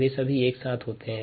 वे सभी एक साथ होते हैं